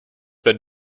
been